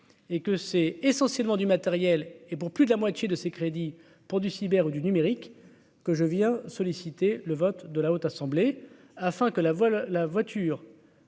et que c'est essentiellement du matériel et pour plus de la moitié de ses crédits pour du cyber ou du numérique que je viens solliciter le vote de la haute assemblée afin que la voix,